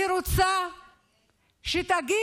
אני רוצה שתגיד